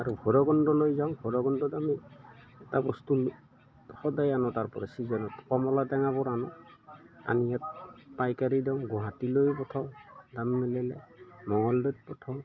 আৰু ভৈৰৱকুণ্ডলৈ যাওঁ ভৈৰৱকুণ্ডত আমি এটা বস্তু সদায় আনোঁ তাৰপৰা ছিজনত কমলা টেঙাবোৰ আনোঁ আনি ইয়াত পাইকাৰী দিওঁ গুৱাহাটীলৈয়ো পঠাওঁ দাম মিলিলে মঙলদৈত পঠাওঁ